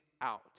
out